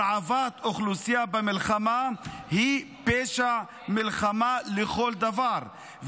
הרעבת אוכלוסייה במלחמה היא פשע מלחמה לכל דבר,